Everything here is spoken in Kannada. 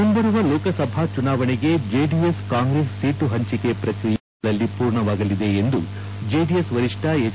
ಮುಂಬರುವ ಲೋಕಸಭಾ ಚುನಾವಣೆಗೆ ಜೆಡಿಎಸ್ ಕಾಂಗ್ರೆಸ್ ಸೀಟು ಹಂಚಿಕೆ ಪ್ರಕ್ರಿಯೆ ಎರಡು ವಾರಗಳಲ್ಲಿ ಪೂರ್ಣವಾಗಲಿದೆ ಎಂದು ಜೆಡಿಎಸ್ ವರಿಷ್ನ ಹೆಚ್